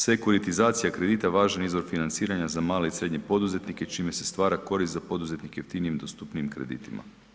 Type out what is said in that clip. Sekuritizacija kredita je važan izvor financiranja za male i srednje poduzetnike čime se stvara korist za poduzetnike i jeftinijem i dostupnijem kreditima.